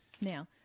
Now